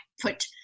put